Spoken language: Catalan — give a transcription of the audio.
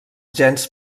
gens